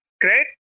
great